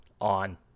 on